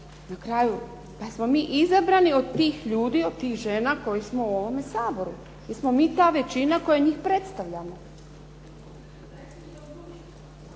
na kraju, pa jer smo mi izabrani od tih ljudi, od tih žena koji smo u ovome Saboru. Jer smo mi ta većina koja njih predstavljamo.